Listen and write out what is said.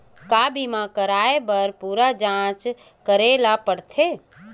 का बीमा कराए बर पूरा जांच करेला पड़थे?